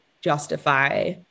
justify